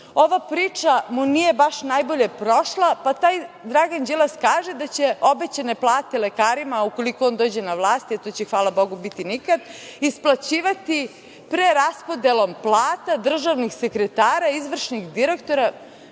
Ova priča mu nije baš najbolje prošla, pa taj Dragan Đilas kaže da će obećane plate lekarima, ukoliko on dođe na vlast, a to će hvala Bogu biti nikad, isplaćivati preraspodelom plata državnih sekretara, izvršnih direktora,